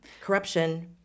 corruption